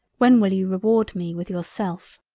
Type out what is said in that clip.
when will you reward me with yourself?